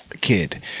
kid